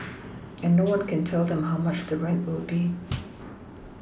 and no one can tell them how much the rent will be